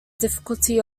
difficulty